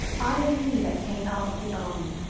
i am he that came out of the army,